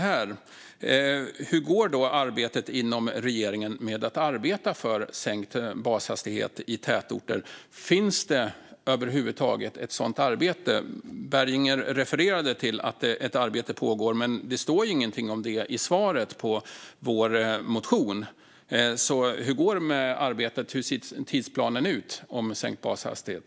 Hur går då arbetet inom regeringen för sänkt bashastighet i tätorter? Finns det över huvud taget ett sådant arbete? Emma Berginger refererade till att ett sådant arbete pågår, men det står inget om det i svaret på vår reservation. Hur ser tidsplanen ut när det gäller sänkt bashastighet?